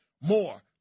more